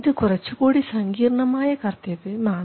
ഇത് കുറച്ചുകൂടി സങ്കീർണമായ കർത്തവ്യമാണ്